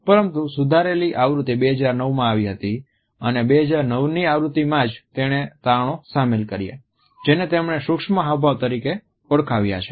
પરંતુ સુધારેલી આવૃત્તિ 2009માં આવી હતી અને 2009ની આવૃત્તિમાં જ તેણે તારણો સામેલ કર્યા જેને તેમણે સૂક્ષ્મ હાવભાવ તરીકે ઓળખાવ્યા છે